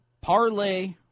parlay